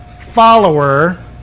follower